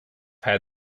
had